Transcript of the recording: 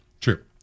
True